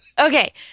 Okay